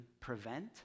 prevent